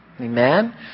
Amen